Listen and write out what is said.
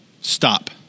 Stop